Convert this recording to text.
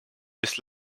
this